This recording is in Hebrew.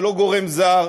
זה לא גורם זר.